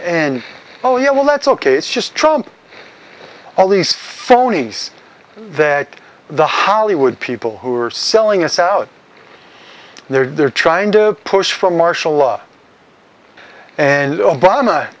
and oh yeah well that's ok it's just trump all these phoneys that the hollywood people who are selling us out there trying to push for martial law and obama i